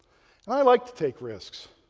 i like to take risks.